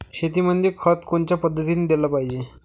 शेतीमंदी खत कोनच्या पद्धतीने देलं पाहिजे?